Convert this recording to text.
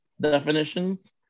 definitions